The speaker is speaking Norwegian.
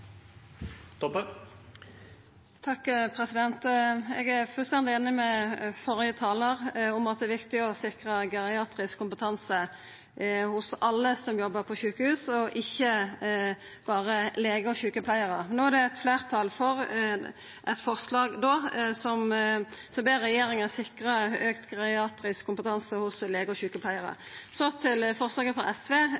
fullstendig einig med førre talaren i at det er viktig å sikra geriatrisk kompetanse hos alle som jobbar på sjukehus, og ikkje berre legar og sjukepleiarar. No er det fleirtal for eit forslag som ber regjeringa sikra auka geriatrisk kompetanse hos legar og sjukepleiarar.